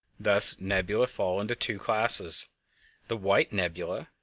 thus nebulae fall into two classes the white' nebulae,